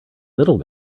little